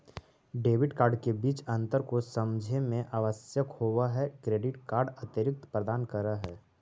Debit card के बीच अंतर को समझे मे आवश्यक होव है क्रेडिट कार्ड अतिरिक्त प्रदान कर है?